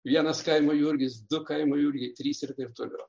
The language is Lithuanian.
vienas kaimo jurgis du kaimo jurgiai trys ir taip toliau